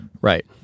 Right